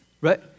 Right